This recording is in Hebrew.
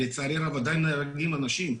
אבל לצערי הרב עדיין נהרגים אנשים.